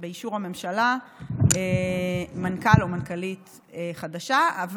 באישור הממשלה מנכ"ל או מנכ"לית חדשה בתוך זמן קצר.